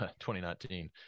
2019